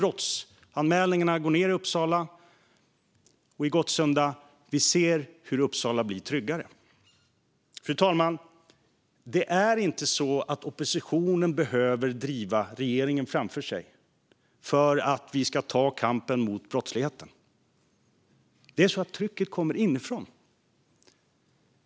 Brottsanmälningarna går ned i Uppsala och i Gottsunda. Vi ser hur Uppsala blir tryggare. Fru talman! Det är inte så att oppositionen behöver driva regeringen framför sig för att vi ska ta kampen mot brottsligheten. Trycket kommer inifrån.